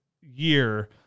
year